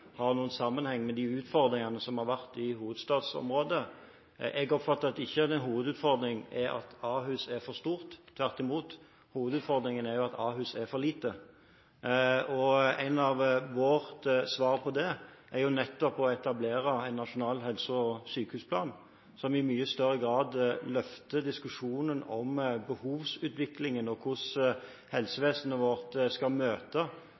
noen sammenheng med de utfordringene som har vært i hovedstadsområdet. Jeg oppfatter ikke at en hovedutfordring er at Ahus er for stort – tvert imot, hovedutfordringen er jo at Ahus er for lite. Et av våre svar på det er nettopp å etablere en nasjonal helse- og sykehusplan som i mye større grad løfter diskusjonen om behovsutviklingen og hvordan helsevesenet vårt skal møte